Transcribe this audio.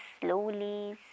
slowly